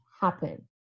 happen